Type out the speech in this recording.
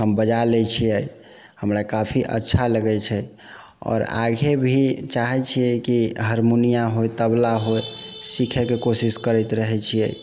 हम बजा लै छियै हमरा काफी अच्छा लगै छै आओर आगे भी चाहै छियै कि हारमुनिया होइ तबला होइ सिखै के कोशिश करैत रहै छियै